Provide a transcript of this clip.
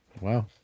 Wow